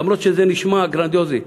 אף שזה נשמע גרנדיוזי.